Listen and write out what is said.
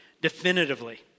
definitively